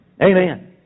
amen